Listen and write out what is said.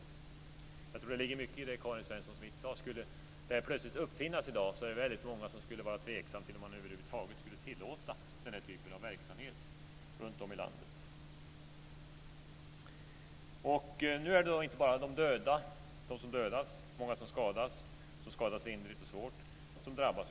Jag tror att det ligger mycket i det som Karin Svensson Smith sade, att om detta plötsligt skulle uppfinnas i dag skulle väldigt många vara tveksamma till om man över huvud taget skulle tillåta denna typ av verksamhet runtom i landet. Nu är det inte bara de som dödas, de som skadas svårt och de som skadas lindrigt som drabbas.